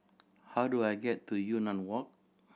how do I get to Yunnan Walk